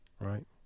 Right